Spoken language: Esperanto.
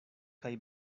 kaj